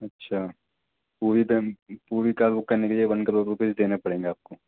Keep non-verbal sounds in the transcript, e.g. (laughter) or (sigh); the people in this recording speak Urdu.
اچھا پوری (unintelligible) پوری کار بک کرنے کے لیے ون کرور روپیز دینے پڑیں گے آپ کو